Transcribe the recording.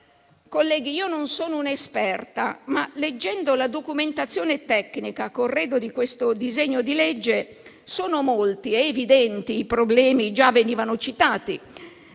Colleghi, io non sono un'esperta, ma leggendo la documentazione tecnica a corredo di questo disegno di legge sono molti ed evidenti i problemi (già venivano citati)